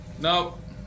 Nope